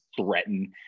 threaten